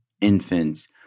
infants